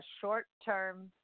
short-term